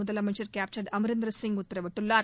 முதலமைச்சர் கேப்டன் அம்ரிந்தர் சிங் உத்தரவிட்டுள்ளார்